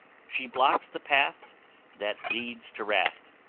she blocks the path that leads to wrath,